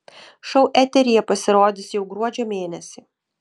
šou eteryje pasirodys jau gruodžio mėnesį